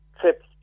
trips